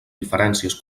diferències